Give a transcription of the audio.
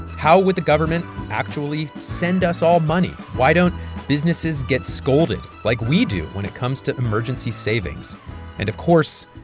how would the government actually send us all money, why don't businesses get scolded like we do when it comes to emergency savings and, of course,